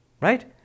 Right